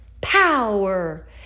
Power